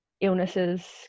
illnesses